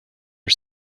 are